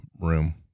room